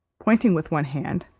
pointing with one hand,